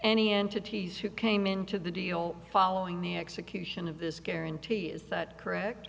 any entities who came into the deal following the execution of this guarantee is that correct